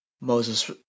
Moses